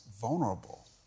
vulnerable